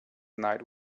night